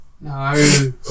No